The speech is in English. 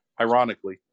Ironically